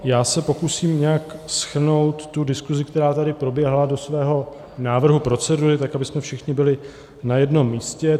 Já se pokusím nějak shrnout tu diskuzi, která tady proběhla, do svého návrhu procedury, tak abychom všichni byli na jednom místě.